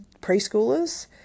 preschoolers